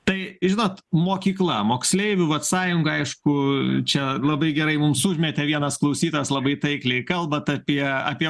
tai žinot mokykla moksleivių vat sąjunga aišku čia labai gerai mums užmetė vienas klausytojas labai taikliai kalbat apie apie